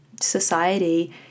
society